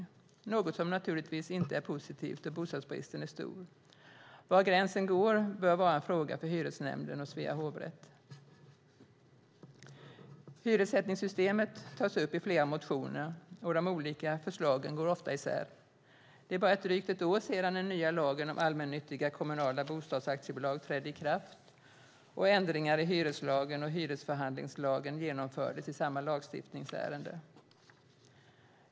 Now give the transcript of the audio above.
Det är något som naturligtvis inte är positivt då bostadsbristen är stor. Var gränsen går bör vara en fråga för hyresnämnden och Svea hovrätt. Hyressättningssystemet tas upp i flera motioner, och de olika förslagen går ofta isär. Det är bara drygt ett år sedan den nya lagen om allmännyttiga kommunala bostadsaktiebolag trädde i kraft, och ändringar i hyreslagen och hyresförhandlingslagen genomfördes i samma lagstiftningsärende.